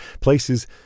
places